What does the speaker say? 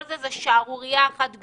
כל זה שערורייה אחת גדולה.